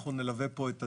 אנחנו נלווה את הדיונים,